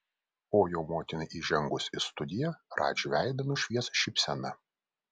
o jo motinai įžengus į studiją radži veidą nušvies šypsena